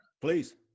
please